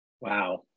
Wow